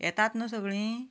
येतात न्हय सगळीं